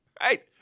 right